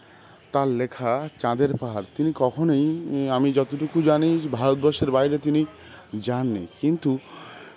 তার লেখা চাঁদের পাহাড় তিনি কখনই আমি যতটুকু জানি ভারতবর্ষের বাইরে তিনি যান নি কিন্তু